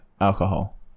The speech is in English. alcohol